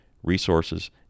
resources